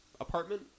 apartment